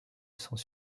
sont